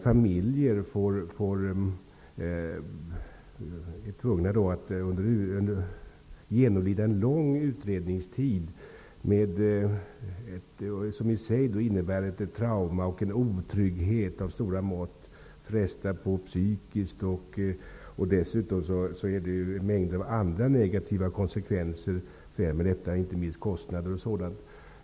Familjer får genomlida en lång utredningstid, vilket i sig innebär ett trauma och en otrygghet av stora mått, och det frestar på psykiskt. Dessutom är det förenat med en mängd andra negativa konsekvenser, inte minst kostnader osv.